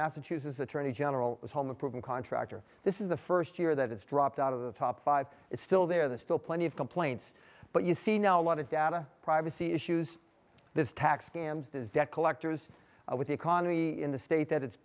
massachusetts attorney general as home improvement contractor this is the first year that it's dropped out of the top five it's still there there's still plenty of complaints but you see now a lot of data privacy issues this tax scams debt collectors with the economy in the state that it's